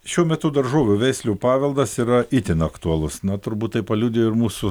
šiuo metu daržovių veislių paveldas yra itin aktualus na turbūt tai paliudijo ir mūsų